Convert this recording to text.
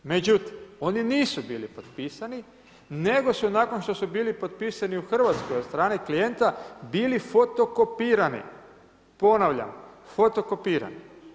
Međutim oni nisu bili potpisani nego su nakon što su bili potpisani u Hrvatskoj od strane klijenta bili fotokopirani, ponavljam fotokopirani.